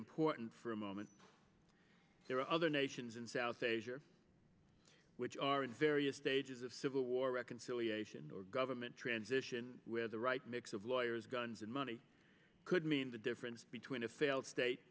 important for a moment there are other nations in south asia which are in various stages of civil war reconciliation or government transition where the right mix of lawyers guns and money could mean the difference between a failed state